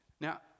Now